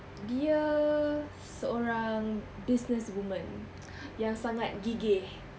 dia seorang businesswoman yang sangat gigih